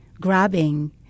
grabbing